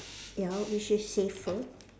ya which is safer